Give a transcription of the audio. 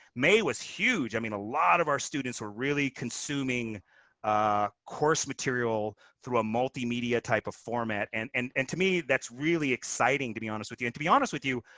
may was huge. i mean, a lot of our students were really consuming ah course material through a multimedia type of format. and and and to me, that's really exciting, to be honest with you. and to be honest with you,